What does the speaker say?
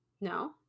No